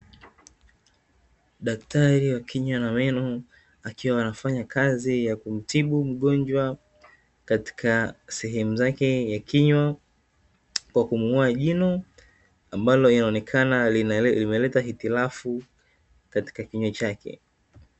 Daktari wa kinywa na meno akiwa anafanya kazi ya kumtibu mgonjwa katika sehemu zake ya kinywa kwa kumng'oa jino ambalo linaonekana linaleta hitilafu katika kinywa chake.